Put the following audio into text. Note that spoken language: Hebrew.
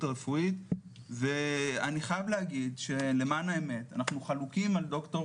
הרפואית ואני חייב להגיד שלמען האמת אנחנו חלוקים על דוקטור